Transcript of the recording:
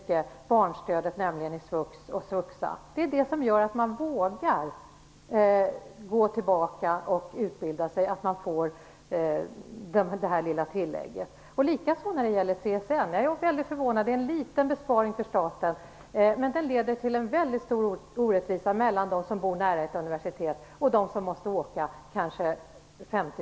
Det är just att man får det här lilla tilllägget som gör att man vågar gå tillbaka och utbilda sig. Samma sak gäller CSN, som gör mig mycket förvånad. Det är en liten besparing för staten, men den leder till en mycket stor orättvisa mellan dem som bor nära ett universitet och dem som måste åka kanske 50